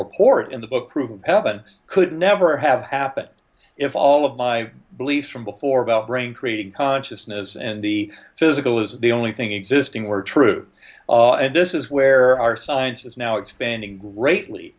report in the book proof of heaven could never have happened if all of my beliefs from before about brain creating consciousness and the physical is the only thing existing were true and this is where our science is now expanding greatly